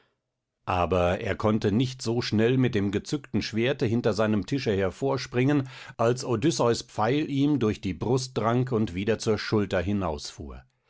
aber er konnte nicht so schnell mit dem gezückten schwerte hinter seinem tische hervorspringen als odysseus pfeil ihm durch die brust drang und wieder zur schulter hinausfuhr